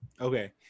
Okay